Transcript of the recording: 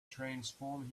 transform